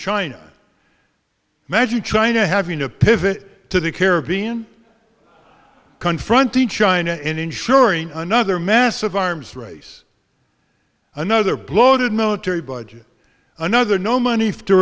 china magic china having a pivot to the caribbean confronting china in ensuring another massive arms race another bloated military budget another no money to